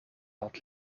had